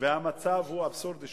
והמצב הוא אבסורדי,